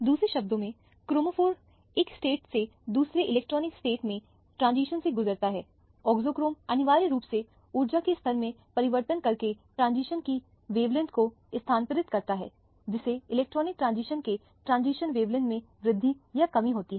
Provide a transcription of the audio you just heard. दूसरे शब्दों में क्रोमोफोर एक स्टेट से दूसरे इलेक्ट्रॉनिक स्टेट में ट्रांजिशन से गुजरता है ऑक्सोक्रोम अनिवार्य रूप से ऊर्जा के स्तर में परिवर्तन करके ट्रांजिशन की वैवलैंथ को स्थानांतरित कर देता है जिससे इलेक्ट्रॉनिक ट्रांजिशन के ट्रांजिशन वैवलैंथ में वृद्धि या कमी होती है